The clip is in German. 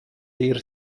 der